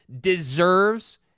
deserves